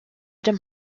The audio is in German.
dem